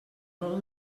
molt